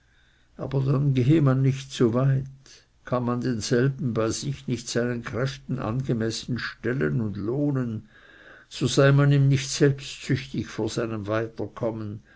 aber dann gehe man nicht zu weit kann man denselben bei sich nicht seinen kräften angemessen stellen und lohnen so sei man ihm nicht selbstsüchtig vor seinem